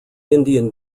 indian